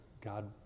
God